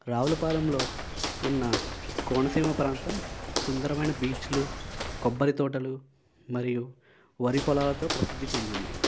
రావులపాలెంలో ఉన్న కోనసీమ ప్రాంతం సుందరమైన బీచ్చులు కొబ్బరి తోటలుమరియు వరి పొలాలతో ప్రసిద్ధి చెందింది